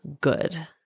good